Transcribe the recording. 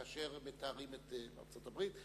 כאשר מתארים את ארצות-הברית.